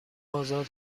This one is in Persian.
آزاد